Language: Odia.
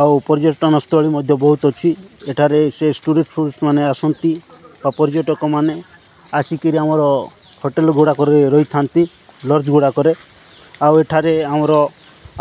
ଆଉ ପର୍ଯ୍ୟଟନସ୍ଥଳୀ ମଧ୍ୟ ବହୁତ ଅଛି ଏଠାରେ ସେ ଟୁରିଷ୍ଟ୍ ଫୁରିଷ୍ଟ୍ମାନେ ଆସନ୍ତି ଆଉ ପର୍ଯ୍ୟଟକମାନେ ଆସିକିରି ଆମର ହୋଟେଲ୍ଗୁଡ଼ାକରେ ରହିଥାନ୍ତି ଲଜ୍ଗୁଡ଼ାକରେ ଆଉ ଏଠାରେ ଆମର